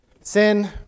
sin